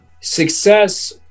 Success